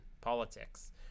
politics